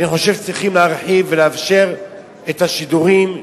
אני חושב שצריך שצריכים להרחיב ולאפשר את השידורים,